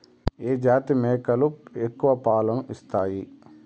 ఏ జాతి మేకలు ఎక్కువ పాలను ఇస్తాయి?